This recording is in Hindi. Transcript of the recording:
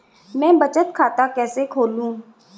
मैं बचत खाता कैसे खोलूं?